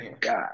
god